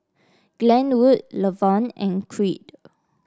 Glenwood Levon and Creed